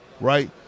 right